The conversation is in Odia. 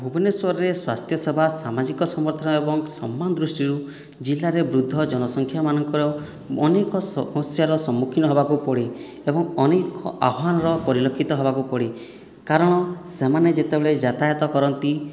ଭୁବନେଶ୍ଵରରେ ସ୍ୱାସ୍ଥ୍ୟ ସେବା ସାମାଜିକ ସମର୍ଥନ ଏବଂ ସମ୍ମାନ ଦୃଷ୍ଟିରୁ ଜିଲ୍ଲାରେ ବୃଦ୍ଧ ଜନସଂଖ୍ୟାମାନଙ୍କର ଅନେକ ସମସ୍ୟାର ସମ୍ମୁଖୀନ ହେବାକୁ ପଡ଼େ ଏବଂ ଅନେକ ଆହ୍ଵାନର ପରିଲକ୍ଷିତ ହେବାକୁ ପଡ଼େ କାରଣ ସେମାନେ ଯେତେବେଳେ ଯାତାୟାତ କରନ୍ତି